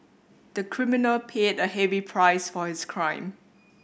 the criminal paid a heavy price for his crime